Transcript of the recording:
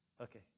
Okay